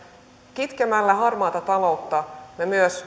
kitkemällä harmaata taloutta me myös